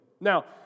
Now